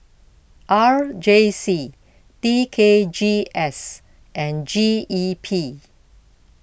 R J C T K G S and G E P